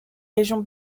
régions